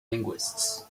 linguists